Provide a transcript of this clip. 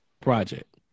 project